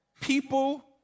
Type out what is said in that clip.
people